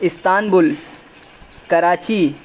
Istanbul Karachi